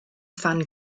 fan